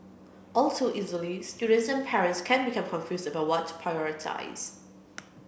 all too easily students and parents can become confused about what to prioritise